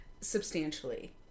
substantially